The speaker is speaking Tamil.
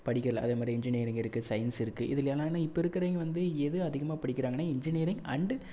படிக்கலை அதேமாதிரி இன்ஜினியரிங் இருக்கு சயின்ஸ் இருக்கு இதில் என்னென்னா இப்போ இருக்குறவங்க வந்து எது அதிகமாக படிக்கிறாங்கன்னா இன்ஜினியரிங் அண்டு